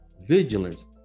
vigilance